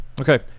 Okay